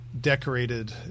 decorated